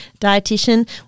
dietitian